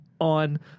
on